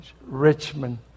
Richmond